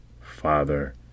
father